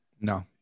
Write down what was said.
No